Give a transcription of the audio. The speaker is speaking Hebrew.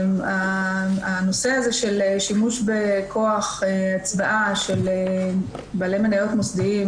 הנושא הזה של שימוש בכוח הצבעה של בעלי מניות מוסדיים